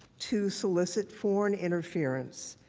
to solicit foreign interference.